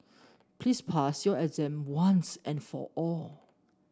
please pass your exam once and for all